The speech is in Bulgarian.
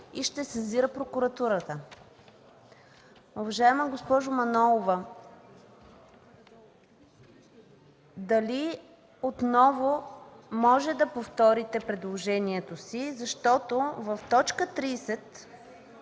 ще сезира прокуратурата. Уважаема госпожо Манолова, дали отново може да повторите предложението си, защото в т. 30